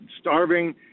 starving